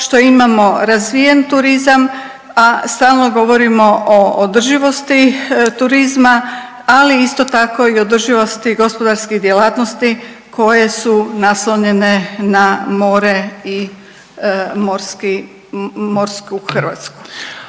što imamo razvijen turizam, a stalno govorimo o održivosti turizma, ali isto tako i održivosti gospodarskih djelatnosti koje su naslonjene na more i morsku Hrvatsku.